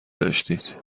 داشتید